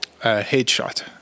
headshot